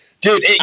Dude